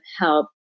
help